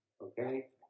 okay